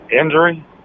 Injury